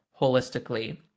holistically